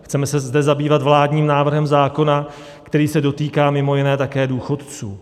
Chceme se zde zabývat vládním návrhem zákona, který se dotýká mimo jiné také důchodců.